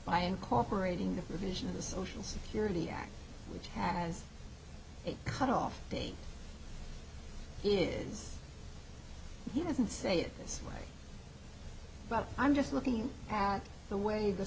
by incorporating the provision of the social security act which has a cut off date is he doesn't say it this way but i'm just looking at the way the